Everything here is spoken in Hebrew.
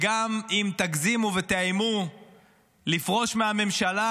וגם אם תגזימו ותאיימו לפרוש מהממשלה,